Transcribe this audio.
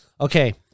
Okay